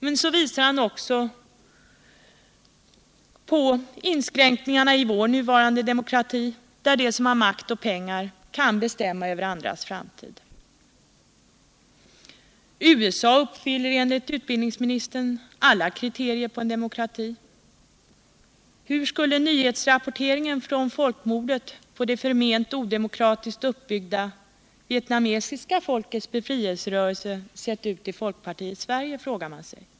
Men så visar han också på inskränkningarna i vår nuvarande demokrati när de som har makt och pengar kan bestämma över andras framtid. USA uppfyller enligt utbildningsministern alla kriterier på demokrati. Hur skulle nyhetsrapporteringen från folkmordet på det förment odemokratiskt uppbyggda Vietnamesiska folkets befrielserörelse ha sett ut i folkpartiets Sverige? frågar man sig.